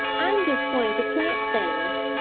i'm just going to plant things,